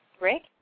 Rick